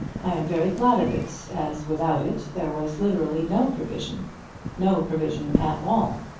i am very glad of it, as, without it, there was literally no provision no provision at all.